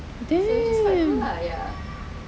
damn